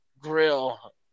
grill